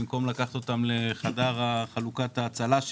במקום לקחת אותם לחדר חלוקת ההצלה,